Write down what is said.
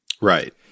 Right